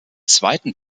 zweiten